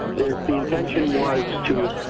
the intention was to